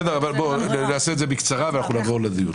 נעשה את זה בקצרה ונעבור להצבעה.